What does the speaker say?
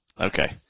okay